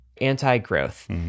anti-growth